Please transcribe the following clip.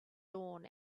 dawn